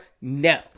No